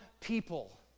people